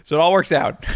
it all works out.